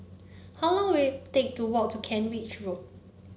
how long will it take to walk to Kent Ridge Road